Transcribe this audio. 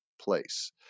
place